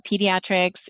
pediatrics